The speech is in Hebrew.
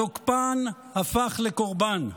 התוקפן הפך לקורבן,